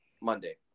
Monday